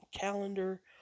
calendar